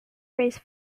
raise